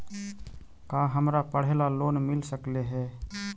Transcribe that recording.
का हमरा पढ़े ल लोन मिल सकले हे?